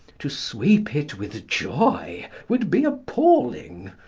to sweep it with joy would be appalling.